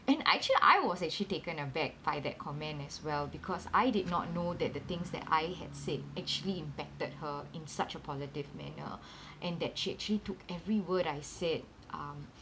and actually I was actually taken aback by that comment as well because I did not know that the things that I had said actually impacted her in such a positive manner and that she actually took every word I said um